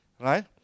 Right